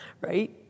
Right